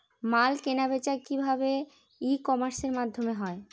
মাল কেনাবেচা কি ভাবে ই কমার্সের মাধ্যমে হয়?